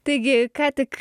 taigi ką tik